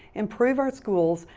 improve our schools,